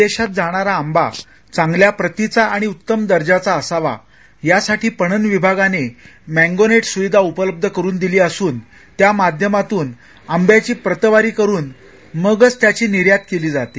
विदेशात जाणारा आंबा चांगल्या प्रतीचा आणि उत्तम दर्जाचा असावा यासाठी पणन विभागाने मँगोनेट सुविधा उपलब्ध करून दिली असून त्या माध्यमातून आंब्याची प्रतवारी करून मगच त्याची निर्यात केली जाते